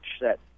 set